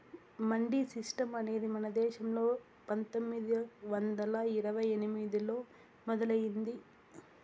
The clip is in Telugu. మండీ సిస్టం అనేది మన దేశంలో పందొమ్మిది వందల ఇరవై ఎనిమిదిలో మొదలయ్యింది